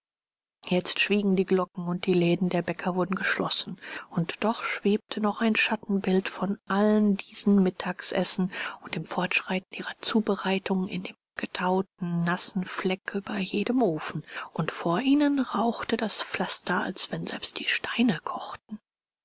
jetzt schwiegen die glocken und die läden der bäcker wurden geschlossen und doch schwebte noch ein schattenbild von allen diesen mittagsessen und dem fortschreiten ihrer zubereitung in dem gethauten nassen fleck über jedem ofen und vor ihnen rauchte das pflaster als wenn selbst die steine kochten